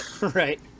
right